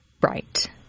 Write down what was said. Right